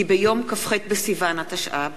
כי ביום כ"ח בסיוון התשע"ב,